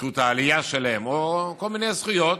זכות העלייה שלהם או כל מיני זכויות,